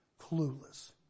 clueless